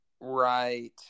Right